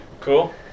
Cool